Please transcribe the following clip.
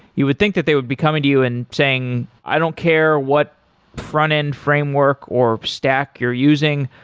you would think that they would be coming to you and saying, i don't care what front-end framework or stack you're using,